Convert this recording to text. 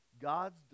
God's